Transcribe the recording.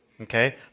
okay